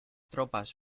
tropas